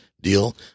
deal